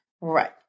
Right